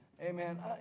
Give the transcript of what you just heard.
Amen